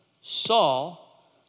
Saul